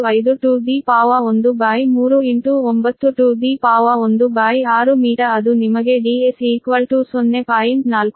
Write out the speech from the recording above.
96513916 meter ಅದು ನಿಮಗೆ Ds 0